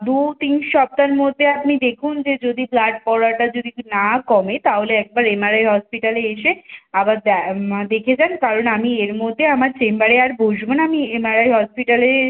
দু তিন সপ্তাহর মধ্যে আপনি দেখুন যে যদি ব্লাড পড়াটা যদি না কমে তাহলে একবার এম আর আই হসপিটালে এসে আবার দ্যা দেখিয়ে যান কারণ আমি এর মধ্যে আমার চেম্বারে আর বসবো না আমি এম আর আই হসপিটালে